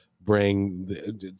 bring